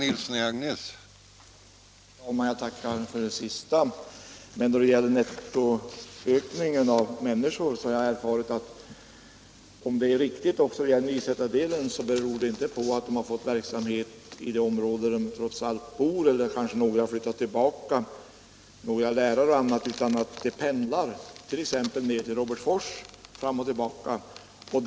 Herr talman! Jag tackar för detta tillägg till svaret, men jag vill säga att om det är så att nettoökningen av antalet människor i länet även gäller för Nysätras del, så beror detta inte på att människorna där har fått arbete inom det område där de trots allt bor eller på att några — t.ex. lärare och andra — har flyttat tillbaka dit, utan det beror på att de pendlar exempelvis sträckan Nysätra-Robertsfors.